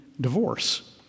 divorce